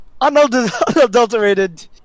unadulterated